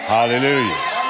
Hallelujah